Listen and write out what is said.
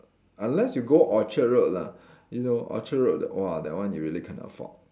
unless you go Orchard Road lah you know Orchard Road !wah! that one you really can't afford